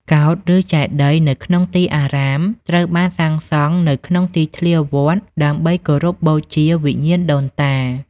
កោដ្ឋ ឬ ចេតិយ នៅក្នុងទីអារាមត្រូវបានសាងសង់នៅក្នុងទីធ្លាវត្តដើម្បីគោរពបូជាវិញ្ញាណដូនតា។